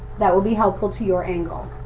that will be helpful to your angle.